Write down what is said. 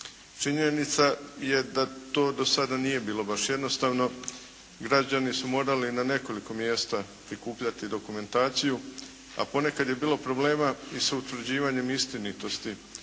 Činjenica je da to do sada nije bilo baš jednostavno. Građani su morali na nekoliko mjesta prikupljati dokumentaciju, a ponekad je bilo problema i sa utvrđivanjem istinitosti,